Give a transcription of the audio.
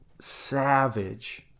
Savage